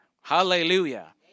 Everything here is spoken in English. Hallelujah